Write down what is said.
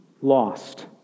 lost